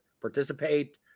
participate